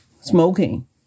smoking